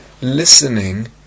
listening